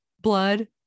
blood